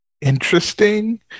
interesting